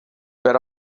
per